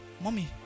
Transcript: mommy